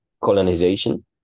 colonization